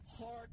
heart